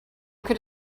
could